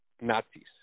Nazis